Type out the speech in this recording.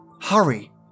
Hurry